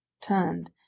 turned